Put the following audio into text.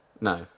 No